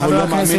חבר הכנסת